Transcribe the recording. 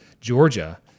Georgia